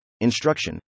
instruction